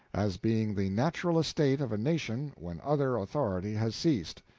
as being the natural estate of a nation when other authority has ceased.